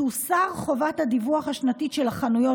תוסר חובת הדיווח השנתית של החנויות